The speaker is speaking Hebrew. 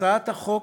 הצעת החוק